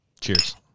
Cheers